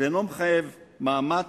ואינו מחייב מאמץ,